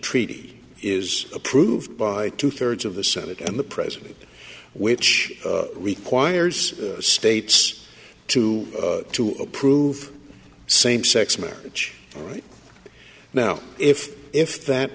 treaty is approved by two thirds of the senate and the president which requires states to to approve same sex marriage right now if if that